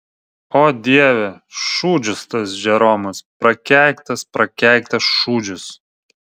o dieve šūdžius tas džeromas prakeiktas prakeiktas šūdžius